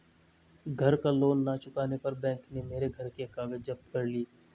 घर का लोन ना चुकाने पर बैंक ने मेरे घर के कागज जप्त कर लिए